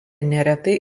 neretai